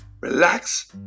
relax